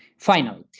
finally,